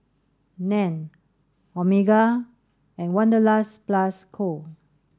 Nan Omega and Wanderlust Plus Co